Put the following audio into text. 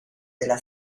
della